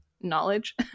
knowledge